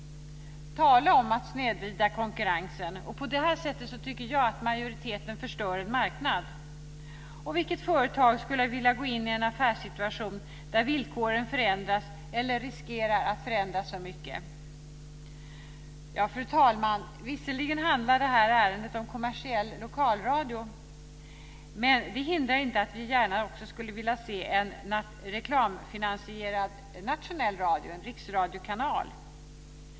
Tala om att snedvrida konkurrensen! På det här sättet tycker jag att majoriteten förstör en marknad. Vilket företag skulle vilja gå in i en affärssituation där villkoren förändras eller riskerar att förändras för mycket? Fru talman! Visserligen handlar det här ärendet om kommersiell lokalradio, men det hindrar inte att vi gärna också skulle vilja se en reklamfinansierad nationell radio, en riksradiokanal.